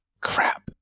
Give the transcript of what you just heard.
crap